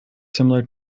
similar